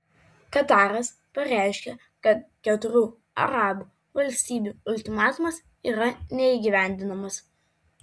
kataras pareiškė kad keturių arabų valstybių ultimatumas yra neįgyvendinamas